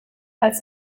als